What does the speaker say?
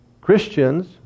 Christians